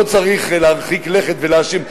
לא צריך להרחיק לכת ולהאשים.